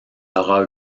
aura